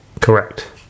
Correct